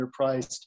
underpriced